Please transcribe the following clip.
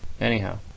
Anyhow